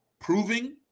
proving